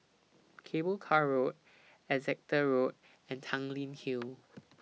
Cable Car Road Exeter Road and Tanglin Hill